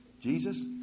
Jesus